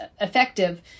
effective